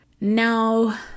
Now